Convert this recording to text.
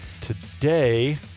Today